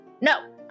no